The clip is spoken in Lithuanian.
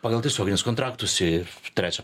pagal tiesioginius kontraktus į trečio